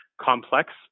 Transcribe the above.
complex